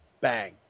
bang